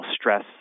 stress